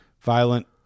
violent